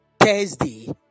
Thursday